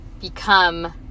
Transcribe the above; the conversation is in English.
become